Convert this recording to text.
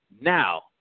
now